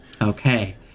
Okay